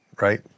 right